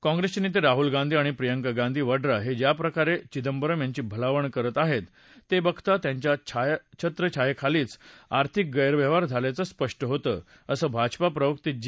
काँग्रेस नेते राहूल गांधी आणि प्रियंका गांधी वड्रा हे ज्याप्रकारे चिदंबरम यांची भलावण करत आहेत ते बघता त्यांच्या छत्रछायेखालीच आर्थिक गैरव्यवहार झाल्याचं स्पष्ट होतं असं भाजपा प्रवक्ते जी